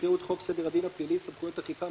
יקראו את חוק סדר הדין הפלילי (סמכויות אכיפה,